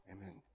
Amen